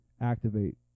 activate